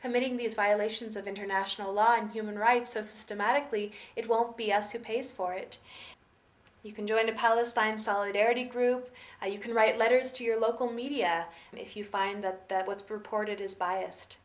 committing these violations of international law and human rights so systematically it won't be us who pays for it you can join the palestine solidarity group or you can write letters to your local media and if you find that what's purported is